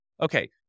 okay